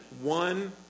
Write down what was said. one